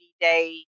day